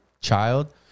Child